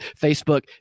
Facebook